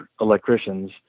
electricians